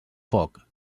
foc